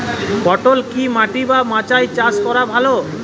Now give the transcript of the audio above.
পটল কি মাটি বা মাচায় চাষ করা ভালো?